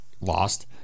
lost